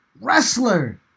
wrestler